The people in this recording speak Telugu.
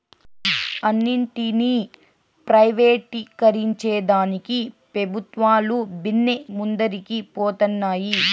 అన్నింటినీ ప్రైవేటీకరించేదానికి పెబుత్వాలు బిన్నే ముందరికి పోతన్నాయి